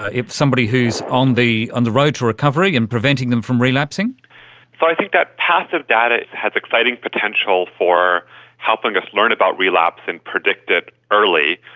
ah somebody who is on the and road to recovery, in preventing them from relapsing i think that passive data has exciting potential for helping us learn about relapse and predict it early.